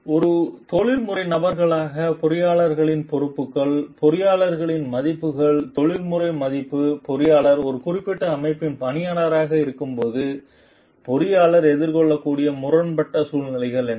ஒரு தொழில்முறை நபர்களாக பொறியியலாளர்களின் பொறுப்புகள் பொறியியலாளர்களின் மதிப்புகள் தொழில்முறை மதிப்புகள் பொறியாளர் ஒரு குறிப்பிட்ட அமைப்பின் பணியாளராக இருக்கும்போது பொறியாளர் எதிர்கொள்ளக்கூடிய முரண்பட்ட சூழ்நிலைகள் என்ன